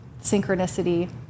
synchronicity